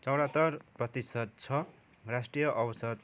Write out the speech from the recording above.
चौरहत्तर प्रतिशत छ राष्ट्रिय औसत